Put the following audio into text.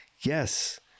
Yes